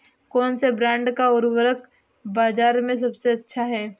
कौनसे ब्रांड का उर्वरक बाज़ार में सबसे अच्छा हैं?